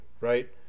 right